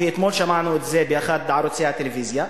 ואתמול שמענו את זה באחד מערוצי הטלוויזיה,